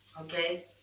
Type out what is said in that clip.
okay